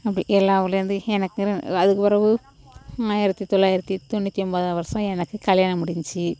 அப்படி எல்லா ஊர்லேருந்து எனக்கெனு அதுக்கு பிறவு ஆயிரத்து தொள்ளாயிரத்தி தொண்ணூற்றி ஒன்பதாவது வருஷம் எனக்கு கல்யாணம் முடிஞ்சிச்சு